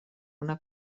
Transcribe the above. una